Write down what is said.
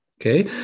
okay